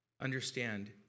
understand